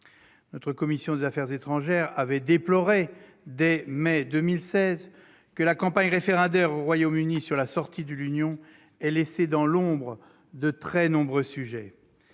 La commission des affaires étrangères avait déploré, dès mai 2016, que la campagne référendaire au Royaume-Uni sur la sortie de l'Union ait laissé dans l'ombre de très nombreux sujets.